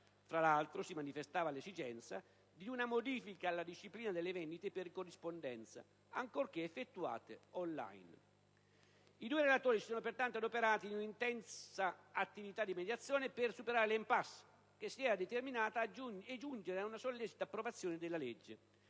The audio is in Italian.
Fra l'altro, si manifestava l'esigenza di una modifica della disciplina delle vendite per corrispondenza, ancorché effettuate *on line*. I due correlatori si sono così adoperati in un'intensa attività di mediazione per superare l'*impasse* che si era determinata e giungere ad una sollecita approvazione della legge,